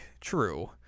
true